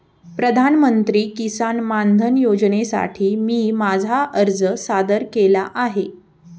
प्रधानमंत्री किसान मानधन योजनेसाठी मी माझा अर्ज सादर केला आहे